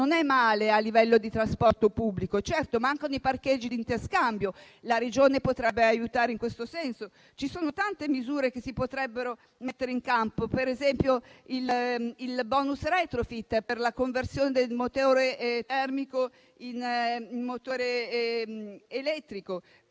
non è male a livello di trasporto pubblico. Certo, mancano i parcheggi di interscambio, la Regione potrebbe essere d'aiuto in questo senso. Sono tante le misure che si potrebbero mettere in campo, come per esempio il *bonus retrofit* per la conversione del motore termico in un motore elettrico;